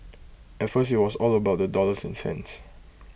at first IT was all about the dollars and cents